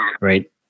right